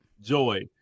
Joy